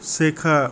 শেখা